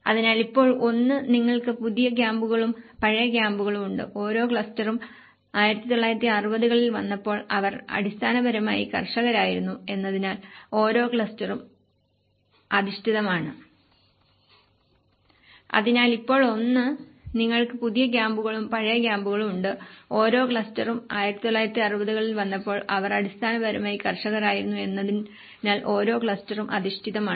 അതിനാൽ ഇപ്പോൾ ഒന്ന് നിങ്ങൾക്ക് പുതിയ ക്യാമ്പുകളും പഴയ ക്യാമ്പുകളും ഉണ്ട് ഓരോ ക്ലസ്റ്ററും 1960 കളിൽ വന്നപ്പോൾ അവർ അടിസ്ഥാനപരമായി കർഷകരായിരുന്നു എന്നതിനാൽ ഓരോ ക്ലസ്റ്ററും അധിഷ്ഠിതമാണ്